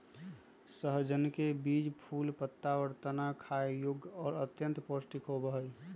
सहजनवन के बीज, फूल, पत्ता, और तना खाय योग्य और अत्यंत पौष्टिक होबा हई